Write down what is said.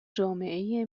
جامعه